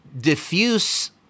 diffuse